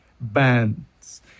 bands